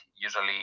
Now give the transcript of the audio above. usually